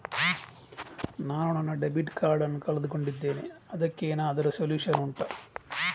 ನಾನು ನನ್ನ debit card ನ್ನು ಕಳ್ಕೊಂಡಿದ್ದೇನೆ ಅದಕ್ಕೇನಾದ್ರೂ ಸೊಲ್ಯೂಷನ್ ಉಂಟಾ